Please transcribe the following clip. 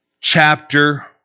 chapter